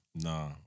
Nah